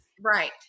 Right